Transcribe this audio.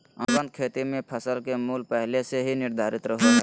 अनुबंध खेती मे फसल के मूल्य पहले से ही निर्धारित रहो हय